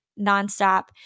nonstop